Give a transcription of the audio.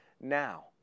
now